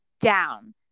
down